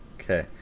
Okay